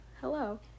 Hello